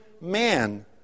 man